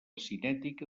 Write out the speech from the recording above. cinètica